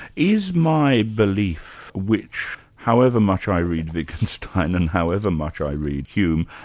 is my belief which, however much i read wittgenstein, and however much i read hume,